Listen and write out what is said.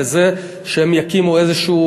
בזה שהם יקימו איזושהי